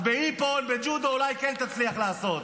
אז באיפון וג'ודו אולי כן תצליח לעשות.